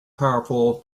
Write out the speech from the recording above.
powerful